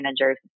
managers